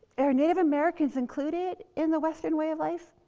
are native americans included in the western way of life?